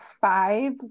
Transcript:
five